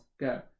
Go